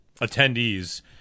attendees